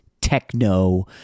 techno